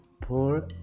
pour